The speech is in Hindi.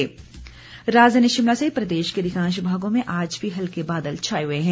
मौसम राजधानी शिमला सहित प्रदेश के अधिकांश भागों में आज भी हल्के बादल छाए हुए हैं